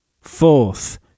fourth